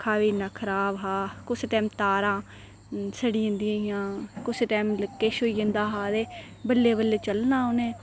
पक्खा बी इन्ना खराब हा कुसै टाइम तारां सड़ी जन्दियां हियां कुसै टाइम किश होई जन्दा हा ते बल्लें बल्लें चलना उ'न्ने